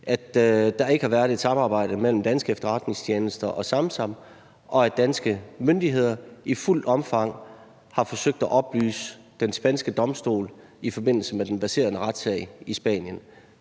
at der ikke har været et samarbejde mellem danske efterretningstjenester og Samsam, og at danske myndigheder i fuldt omfang har forsøgt at oplyse den spanske domstol i forbindelse med den verserende retssag i Spanien.